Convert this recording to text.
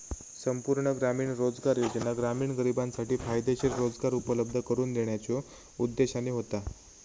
संपूर्ण ग्रामीण रोजगार योजना ग्रामीण गरिबांसाठी फायदेशीर रोजगार उपलब्ध करून देण्याच्यो उद्देशाने होता